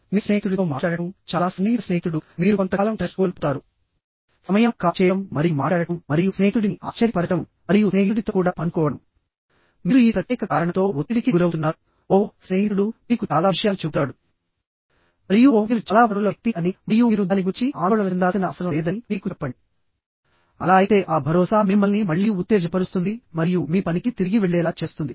మీ స్నేహితుడితో మాట్లాడటం చాలా సన్నిహిత స్నేహితుడు మీరు కొంతకాలం టచ్ కోల్పోతారుసమయం కాల్ చేయడం మరియు మాట్లాడటం మరియు స్నేహితుడిని ఆశ్చర్యపరచడం మరియు స్నేహితుడితో కూడా పంచుకోవడంమీరు ఈ ప్రత్యేక కారణంతో ఒత్తిడికి గురవుతున్నారు ఓహ్ స్నేహితుడు మీకు చాలా విషయాలు చెబుతాడుమరియు ఓహ్ మీరు చాలా వనరుల వ్యక్తి అని మరియు మీరు దాని గురించి ఆందోళన చెందాల్సిన అవసరం లేదని మీకు చెప్పండి అలా అయితే ఆ భరోసా మిమ్మల్ని మళ్ళీ ఉత్తేజపరుస్తుంది మరియు మీ పనికి తిరిగి వెళ్ళేలా చేస్తుంది